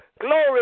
Glory